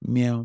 Meow